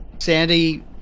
Sandy